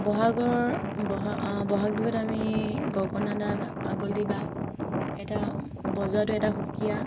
বহাগৰ বহাগ বহাগ বিহুত আমি গগনাডাল আগলি বাঁহ এটা বজোৱাটো এটা সুকীয়া